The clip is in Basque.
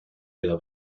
edo